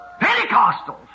pentecostals